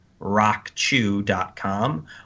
RockChew.com